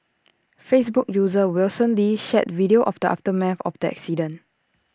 Facebook user Wilson lee shared video of the aftermath of the accident